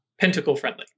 Pentacle-friendly